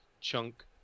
chunk